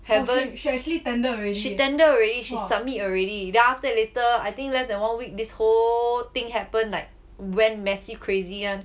haven't she tender already she submit already then after that later I think less than one week this whole thing happen like went massive crazy [one]